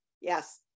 Yes